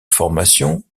formation